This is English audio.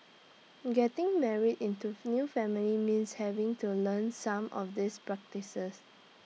getting married into new family means having to learn some of these practices